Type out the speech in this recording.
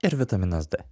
ir vitaminas d